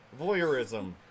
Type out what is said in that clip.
Voyeurism